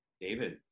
David